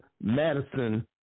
Madison